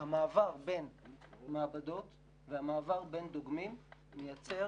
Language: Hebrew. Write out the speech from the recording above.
והמעבר בין המעבדות והמעבר בין דוגמים מייצר